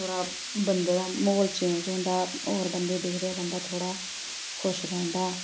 थोह्ड़ा बंदे दा म्हौल चेंज होंदा होर बंदे दिखदे थोह्ड़ा खुश रौंह्दा